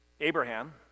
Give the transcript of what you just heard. Abraham